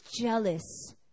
jealous